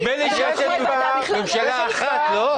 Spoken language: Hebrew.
נדמה לי שאתם ממשלה אחת, לא?